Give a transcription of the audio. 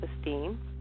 esteem